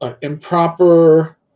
improper